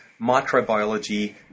microbiology